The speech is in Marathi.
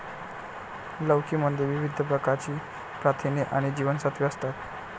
लौकी मध्ये विविध प्रकारची प्रथिने आणि जीवनसत्त्वे असतात